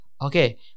okay